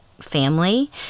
family